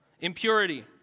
Impurity